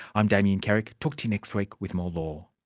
i'm damien carrick, talk to you next week with more law